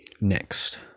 Next